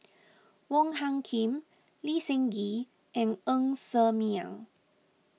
Wong Hung Khim Lee Seng Gee and Ng Ser Miang